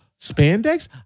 spandex